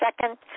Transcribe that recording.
second